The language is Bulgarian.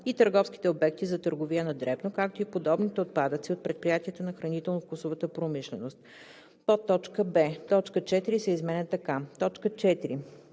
и търговските обекти за търговия на дребно, както и подобните отпадъци от предприятията на хранително-вкусовата промишленост.“; б) точка 4 се изменя така: „4.